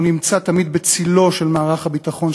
נמצא תמיד בצלו של מערך הביטחון,